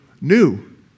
new